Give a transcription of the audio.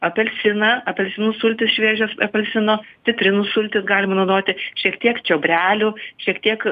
apelsiną apelsinų sultis šviežias apelsino citrinų sultis galima naudoti šiek tiek čiobrelių šiek tiek